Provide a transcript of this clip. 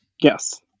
Yes